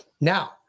Now